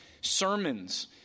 sermons